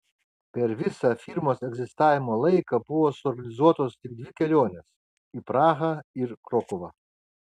per visą firmos egzistavimo laiką buvo suorganizuotos tik dvi kelionės į prahą ir krokuvą